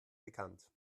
bekannt